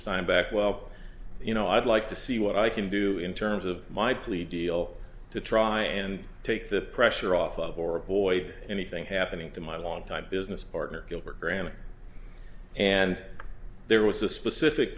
steinback well you know i'd like to see what i can do in terms of my plea deal to try and take the pressure off of or boyd anything happening to my longtime business partner gilbert graham and there was a specific